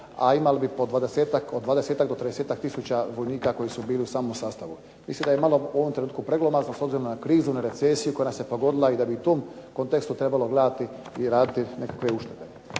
a imali bi od 20-tak do 30-tak tisuća vojnika koji su bili u samom sastavu. Mislim da je malo u ovom trenutku preglomazno, s obzirom na krizu, na recesiju koja nas je pogodila i da bi u tom kontekstu trebalo gledati i raditi nekakve uštede.